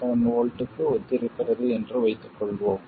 7 V க்கு ஒத்திருக்கிறது என்று வைத்துக்கொள்வோம்